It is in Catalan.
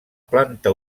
planta